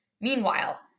Meanwhile